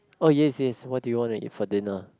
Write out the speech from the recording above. oh yes yes what did you want to eat for dinner